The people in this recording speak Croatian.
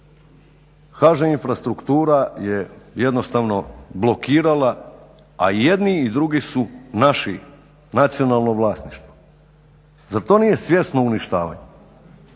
HŽ infrastruktura je jednostavno blokirala, a i jedni i drugi su naši nacionalno vlasništvo. Zar to nije svjesno uništavanje?